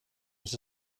was